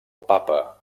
papa